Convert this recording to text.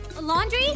laundry